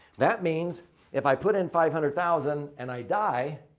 that means if i put in five hundred thousand and i die,